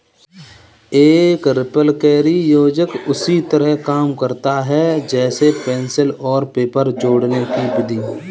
एक रिपलकैरी योजक उसी तरह काम करता है जैसे पेंसिल और पेपर जोड़ने कि विधि